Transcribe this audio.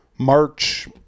March